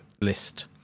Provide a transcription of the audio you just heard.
list